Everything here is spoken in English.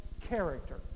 character